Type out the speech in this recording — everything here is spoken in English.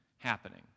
Happening